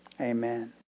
Amen